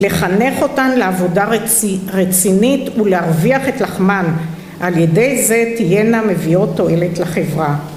לחנך אותן לעבודה רצינית ולהרוויח את לחמן על ידי זה תהיינה מביאות תועלת לחברה